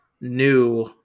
new